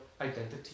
identity